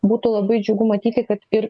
būtų labai džiugu matyti kad ir